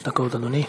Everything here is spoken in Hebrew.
חמש דקות, אדוני.